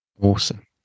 awesome